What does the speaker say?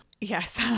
Yes